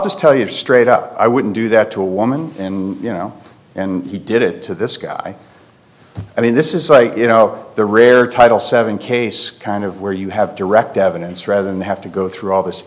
just tell you straight up i wouldn't do that to a woman in you know and he did it to this guy i mean this is like you know the rare title seven case kind of where you have direct evidence rather than have to go through all this